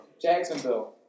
Jacksonville